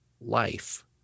life